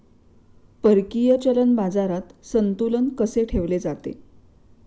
परकीय चलन बाजारात संतुलन कसे ठेवले जाते?